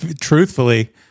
Truthfully